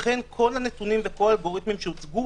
אכן כל הנתונים והאלגוריתמים שהוצגו,